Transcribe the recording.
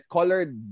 Colored